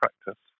practice